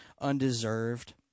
undeserved